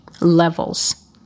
levels